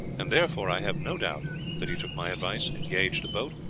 and therefore i have no doubt that he took my advice, engaged a boat,